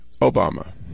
Obama